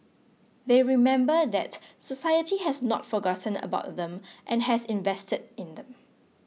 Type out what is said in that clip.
they remember that society has not forgotten about them and has invested in them